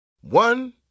One